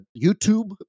YouTube